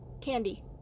candy